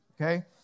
okay